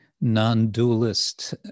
non-dualist